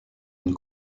une